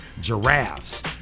Giraffes